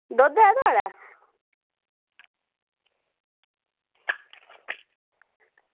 दुद्ध ऐ थुआढ़े